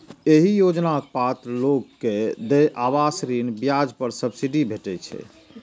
एहि योजनाक पात्र लोग कें देय आवास ऋण ब्याज पर सब्सिडी भेटै छै